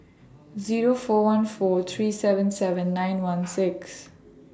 Zero four one four three seven seven nine one six